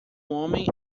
homem